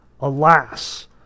Alas